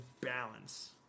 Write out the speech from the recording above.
balance